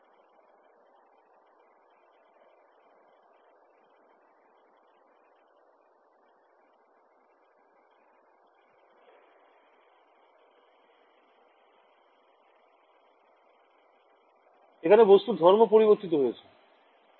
ছাত্র ছাত্রীঃ এখানে বস্তুর ধর্ম পরিবর্তিত হয়েছে